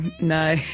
no